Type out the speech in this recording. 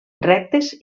rectes